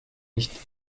nicht